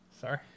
Sorry